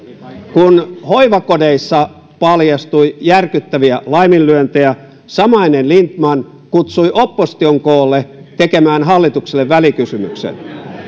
kun hoivakodeissa paljastui järkyttäviä laiminlyöntejä samainen lindtman kutsui opposition koolle tekemään hallitukselle välikysymyksen